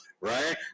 right